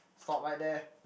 stop right there